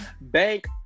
bank